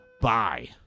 Bye